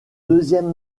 deuxième